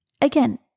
again